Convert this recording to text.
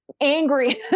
angry